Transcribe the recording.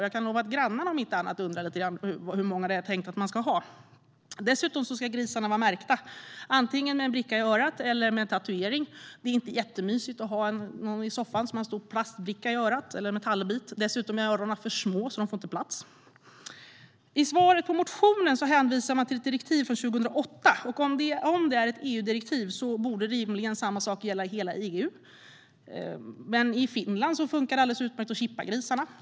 Jag kan lova att grannarna, om inte annat, undrar lite grann hur många det är tänkt att man ska ha. Dessutom ska grisarna vara märkta, antingen med bricka i örat eller med tatuering. Men det är inte jättemysigt att ha någon i soffan som har en stor plastbricka eller metallbit i örat, och dessutom är öronen för små, så de får inte plats. I svaret på motionen hänvisar man till ett direktiv från 2008. Om det är ett EU-direktiv borde rimligen samma sak gälla i hela EU. Men i Finland fungerar det alldeles utmärkt att chippa grisarna.